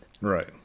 Right